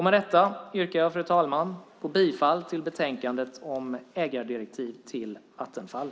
Med detta, fru talman, yrkar jag bifall till förslaget i betänkandet om ägardirektiv till Vattenfall.